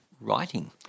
writing